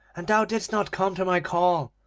and thou didst not come to my call.